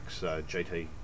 GT